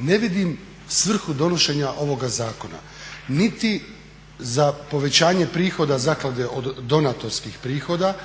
ne vidim svrhu donošenja ovoga zakona niti za povećanje prihoda zaklade od donatorskih prihoda